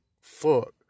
Fuck